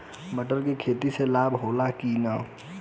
मटर के खेती से लाभ होला कि न?